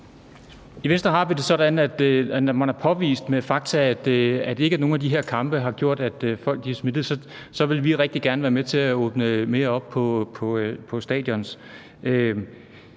I Venstre har vi det sådan, at når man har påvist, at der ikke er nogen af de her kampe, der har gjort, at folk er smittet, så vil vi rigtig gerne være med til at åbne mere op på stadioner.